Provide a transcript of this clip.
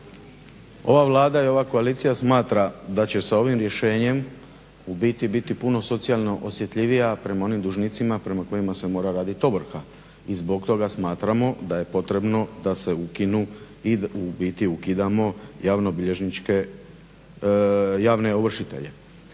Ova Vlada i ova koalicija smatra da će se ovim rješenjem u biti biti puno socijalno osjetljivija prema onim dužnicima prema kojima se mora radit ovrha i zbog toga smatramo da je potrebno da se ukinu i u biti ukidamo javne ovršitelje.